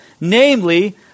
namely